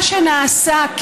מה שנעשה,